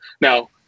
now